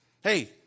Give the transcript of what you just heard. Hey